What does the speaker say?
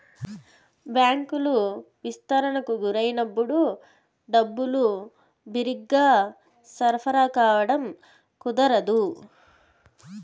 బ్యాంకులు విస్తరణకు గురైనప్పుడు డబ్బులు బిరిగ్గా సరఫరా కావడం కుదరదు